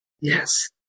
Yes